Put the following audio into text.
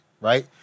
right